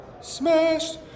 Smashed